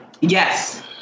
yes